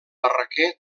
barraquer